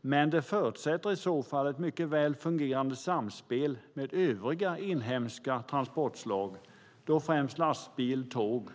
men i så fall förutsätts ett mycket väl fungerande samspel med övriga inhemska transportslag - främst exempelvis lastbil och tåg.